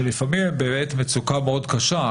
שלפעמים הן באמת משקפות מצוקה מאוד קשה,